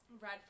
Red